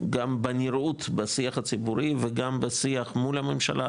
גם בנראות בשיח הציבורי וגם בשיח מול הממשלה.